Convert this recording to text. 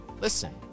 Listen